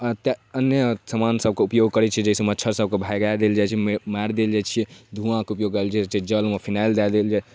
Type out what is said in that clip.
तऽ अन्य समानसबके उपयोग करै छी जाहिसँ मच्छरसबके भगा देल जाइ छै मारि देल जाइ छिए धुआँके उपयोग कएल जाइ जलमे फिनाइल दऽ देल जाइ